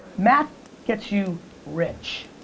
math gets you rich.